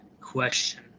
question